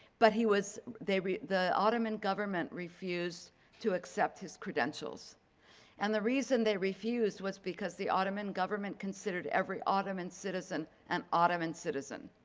but he was they were the ottoman government refused to accept his credentials and the reason they refused was because the ottoman government considered every ottoman citizen an ottoman citizen.